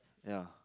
ya